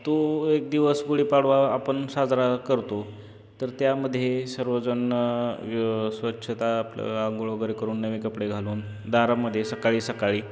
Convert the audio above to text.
तो एक दिवस गुढीपाडवा आपण साजरा करतो तर त्यामध्ये सर्वजण स्वच्छता आपलं अंघोळ वगैरे करून नवीन कपडे घालून दारामध्ये सकाळी सकाळी